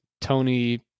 Tony